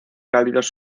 cálidos